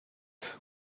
with